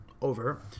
over